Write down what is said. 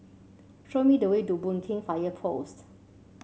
show me the way to Boon Keng Fire Post